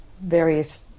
various